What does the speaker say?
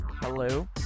Hello